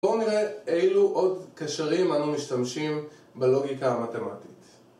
בואו נראה אילו עוד קשרים אנו משתמשים בלוגיקה המתמטית